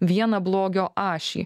vieną blogio ašį